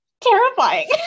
terrifying